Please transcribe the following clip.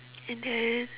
and then